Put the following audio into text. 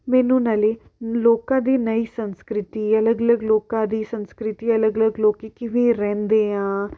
ਮੈਨੂੰ ਨਾਲੇ ਲੋਕਾਂ ਦੀ ਨਵੀਂ ਸੰਸਕ੍ਰਿਤੀ ਅਲੱਗ ਅਲੱਗ ਲੋਕਾਂ ਦੀ ਸੰਸਕ੍ਰਿਤੀ ਅਲੱਗ ਅਲੱਗ ਲੋਕ ਕਿਵੇਂ ਰਹਿੰਦੇ ਆ